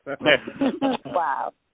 Wow